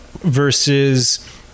versus